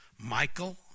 Michael